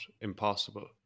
impossible